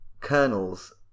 kernels